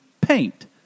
paint